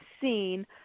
seen